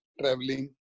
traveling